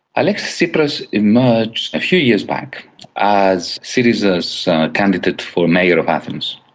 alexis tsipras emerged a few years back as syriza's candidate for mayor of athens.